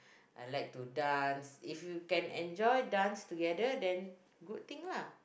I like to dance if you can enjoy dance together then good thing lah